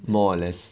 more or less